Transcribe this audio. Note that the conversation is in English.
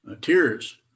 Tears